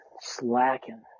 slacking